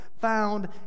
found